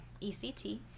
ect